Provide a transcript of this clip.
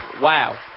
wow